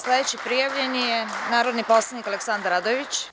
Sledeći prijavljeni je narodni poslanik Aleksandar Radojević.